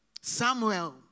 Samuel